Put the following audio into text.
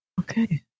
Okay